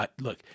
Look